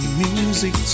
music